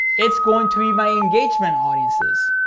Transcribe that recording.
it's going to be my engagement audiences.